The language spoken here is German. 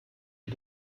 die